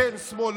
כן שמאל,